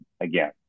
Again